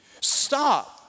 stop